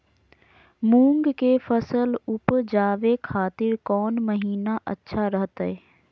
मूंग के फसल उवजावे खातिर कौन महीना अच्छा रहतय?